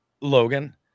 Logan